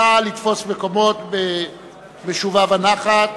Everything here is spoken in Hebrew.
נא לתפוס מקומות במשובה ונחת.